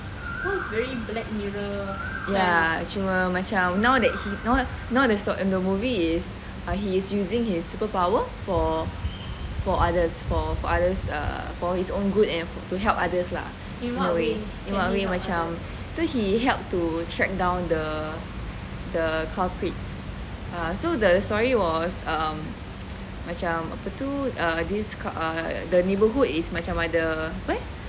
ya cuma macam now that the movie is he is using his superpower for others uh for others for his own good and to help others lah I mean macam so he helped to track down the the culprits ah so the story was err macam apa tu uh this uh the neighbourhood is macam ada apa eh